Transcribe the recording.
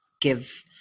give